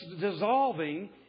dissolving